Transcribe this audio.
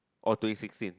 all to it sixteen